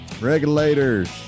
Regulators